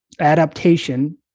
adaptation